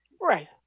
Right